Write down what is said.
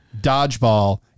dodgeball